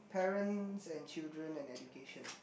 parents and children and education